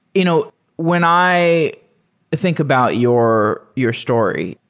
you know when i think about your your story,